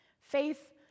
Faith